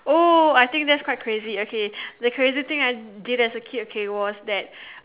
oh I think thats quite crazy okay the crazy thing I did as a kid was that